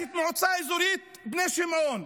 יש את המועצה האזורית בני שמעון,